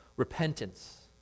repentance